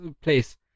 place